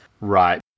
Right